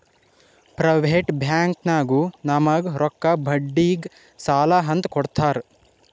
private ಬ್ಯಾಂಕ್ನಾಗು ನಮುಗ್ ರೊಕ್ಕಾ ಬಡ್ಡಿಗ್ ಸಾಲಾ ಅಂತ್ ಕೊಡ್ತಾರ್